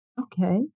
okay